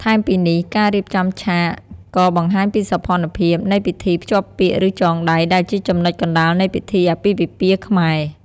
ថែមពីនេះការរៀបចំឆាក ក៏បង្ហាញពីសោភ័ណភាព នៃពិធី ភ្ជាប់ពាក្យ ឬ ចងដៃ ដែលជាចំណុចកណ្ដាលនៃពិធីអាពាហ៍ពិពាហ៍ខ្មែរ។